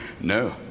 no